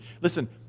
listen